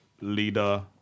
leader